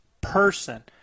person